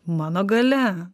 mano galia